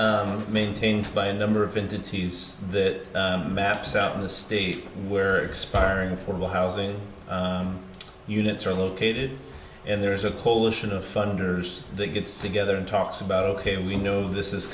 maintained by a number of entities that maps out in the state where expiring affordable housing units are located and there's a coalition of funders that gets together and talks about ok we know this is